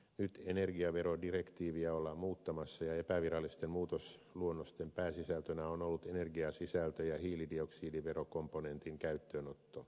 nyt energiaverodirektiiviä ollaan muuttamassa ja epävirallisten muutosluonnosten pääsisältönä on ollut energiasisältö ja hiilidioksidiverokomponentin käyttöönotto